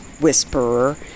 whisperer